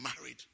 married